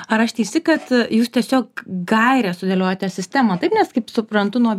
ar aš teisi kad jūs tiesiog gaires sudėliojote sistemą taip nes kaip suprantu nuo